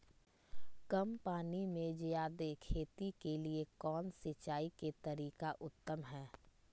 कम पानी में जयादे खेती के लिए कौन सिंचाई के तरीका उत्तम है?